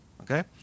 okay